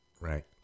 Right